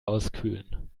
auskühlen